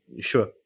Sure